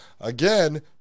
again